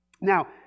Now